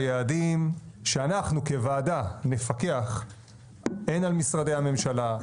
את היעדים שאנחנו כוועדה נפקח הן על משרדי הממשלה,